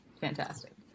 fantastic